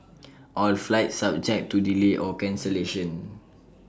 all flights subject to delay or cancellation